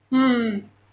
mm